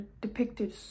depicted